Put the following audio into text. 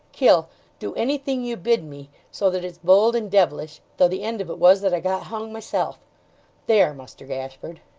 kill do anything you bid me, so that it's bold and devilish though the end of was, that i got hung myself there, muster gashford